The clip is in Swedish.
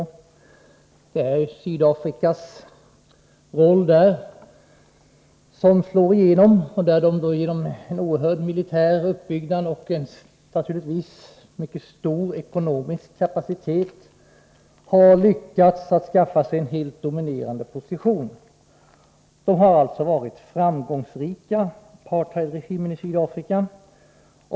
Vi känner ju alla till att det är Sydafrikas roll där som slår igenom. Genom en oerhört stark militär uppbyggnad och en mycket stor ekonomisk kapacitet har Sydafrika lyckats skaffa sig en helt dominerande position. Apartheidregimen i Sydafrika har alltså varit framgångsrik.